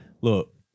look